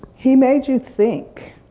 he made you think.